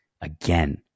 again